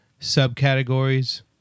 subcategories